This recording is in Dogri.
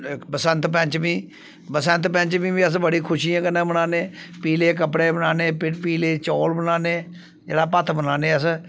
बसंत पंचैमीं बसंत पंचैमीं बी अस बड़ी खुशियै कन्नै मनान्ने पीले कपड़े बनान्ने पीले चौल बनान्ने जेह्ड़ा भत्त बनान्ने अस